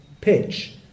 pitch